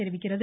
தெரிவிக்கிறது